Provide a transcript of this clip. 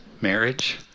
marriage